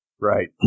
Right